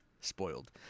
spoiled